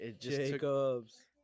Jacobs